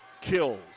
kills